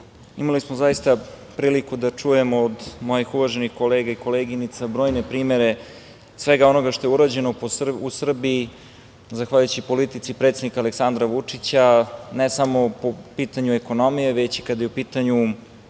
imali smo zaista priliku da čujemo od mojih uvaženih kolega i koleginica brojne primere svega onoga što je urađeno u Srbiju zahvaljujući politici predsednika Aleksandra Vučića, ne samo po pitanju ekonomije, već i kada je u pitanju